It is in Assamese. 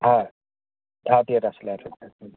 হয় ভাড়াতীয়াত আছিলে